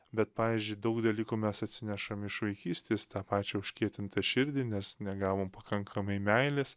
bet pavyzdžiui daug dalykų mes atsinešam iš vaikystės tą pačią užkietintą širdį nes negavom pakankamai meilės